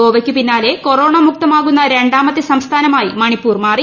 ഗോവയ്ക്ക് പിന്നാലെ കൊറോണ മുക്തമാകുന്ന രണ്ടാമത്തെ സംസ്ഥാനമായി മണിപ്പൂർ മാറി